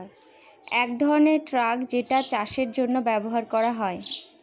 এক ধরনের ট্রাক যেটা চাষের জন্য ব্যবহার করা হয়